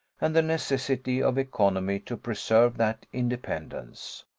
and the necessity of economy to preserve that independence,